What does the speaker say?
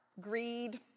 Greed